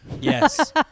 Yes